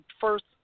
first